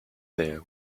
there